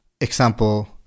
example